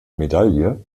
medaille